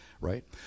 right